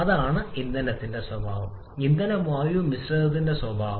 അതാണ് ഇന്ധനത്തിന്റെ സ്വഭാവം ഇന്ധന വായു മിശ്രിതത്തിന്റെ സ്വഭാവം